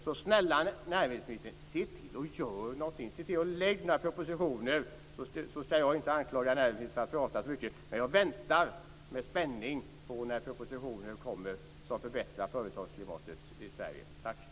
Så snälla näringsministern, se till och gör någonting! Se till och lägg fram några propositioner, så skall jag inte anklaga näringsministern för att prata för mycket. Jag väntar med spänning på att den proposition som förbättrar företagsklimatet i Sverige kommer.